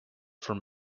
from